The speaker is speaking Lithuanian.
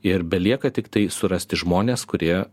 ir belieka tiktai surasti žmones kurie